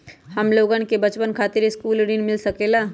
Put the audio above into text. हमलोगन के बचवन खातीर सकलू ऋण मिल सकेला?